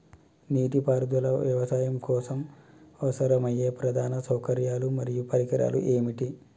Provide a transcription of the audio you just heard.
నీటిపారుదల వ్యవసాయం కోసం అవసరమయ్యే ప్రధాన సౌకర్యాలు మరియు పరికరాలు ఏమిటి?